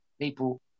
people